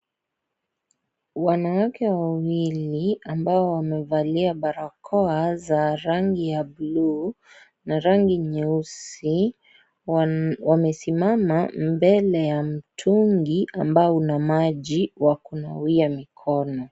Wanawake wawili ambao wamevalia barakoa za rangi ya bluu, na rangi nyeusi, wamesimama mbele ya mtungi ambao una maji wa kunawia mikono.